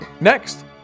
Next